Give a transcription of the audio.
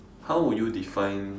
how would you define